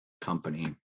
company